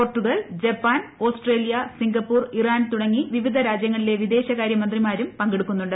Portugal Japan Australia Singapore Iran തുടങ്ങി വിവിധ രാജ്യങ്ങളിലെ വിദേശകാര്യമന്ത്രിമാരും പങ്കെടുക്കു ന്നുണ്ട്